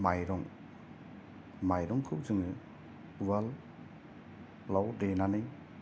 माइरं माइरंखौ जोङो उवाल लाव देनानै